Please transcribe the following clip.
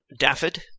Daffod